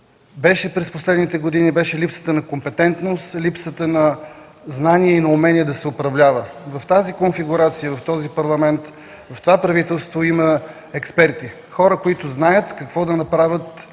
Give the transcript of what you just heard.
беше през последните години, беше липсата на компетентност, липсата на знания и на умения да се управлява. В тази конфигурация в този парламент, в това правителство има експерти, хора, които знаят какво да направят,